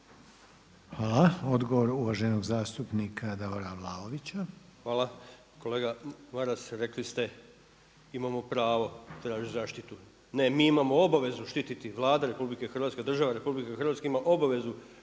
Hvala. Odgovor uvaženog zastupnika Davora Vlaovića. **Vlaović, Davor (HSS)** Hvala. Kolega Maras rekli ste imamo pravo tražit zaštitu. Ne, mi imamo obavezu štititi, Vlada RH, država Republika Hrvatska ima obavezu